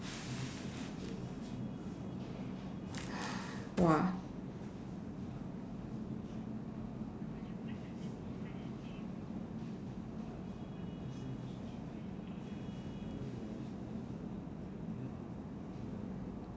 !wah!